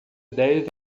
dez